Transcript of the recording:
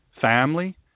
family